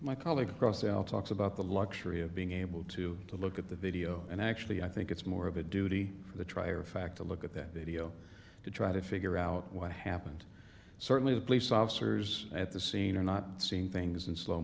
my colleague across al talks about the luxury of being able to look at the video and actually i think it's more of a duty for the trier of fact to look at that video to try to figure out what happened certainly the police officers at the scene are not seeing things in slow